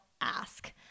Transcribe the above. ask